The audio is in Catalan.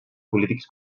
polítics